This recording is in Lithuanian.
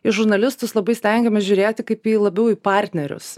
į žurnalistus labai stengiamės žiūrėti kaip į labiau į partnerius